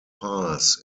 pass